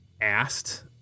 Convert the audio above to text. asked